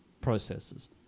processes